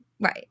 Right